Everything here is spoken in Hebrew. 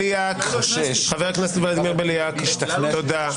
חבר הכנסת ולדימיר בליאק, תודה.